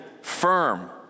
firm